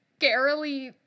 scarily-